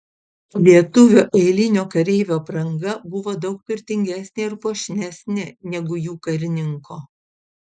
lietuvio eilinio kareivio apranga buvo daug turtingesnė ir puošnesnė negu jų karininko